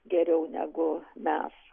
geriau negu mes